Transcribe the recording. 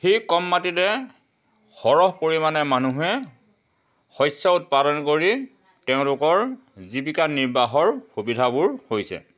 সেই কম মাটিতে সৰহ পৰিমাণে মানুহে শস্য উৎপাদন কৰি তেওঁলোকৰ জীৱিকা নিৰ্বাহৰ সুবিধাবোৰ হৈছে